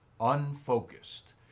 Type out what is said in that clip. unfocused